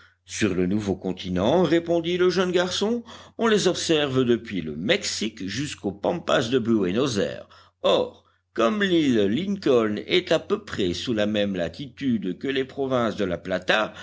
sur le nouveau continent répondit le jeune garçon on les observe depuis le mexique jusqu'aux pampas de buenos aires or comme l'île lincoln est à peu près sous la même latitude que les provinces de la plata